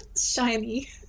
shiny